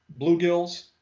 bluegills